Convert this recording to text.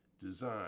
design